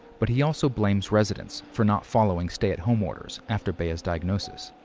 but he also blames residents for not following stay-at-home orders after bella's diagnosis.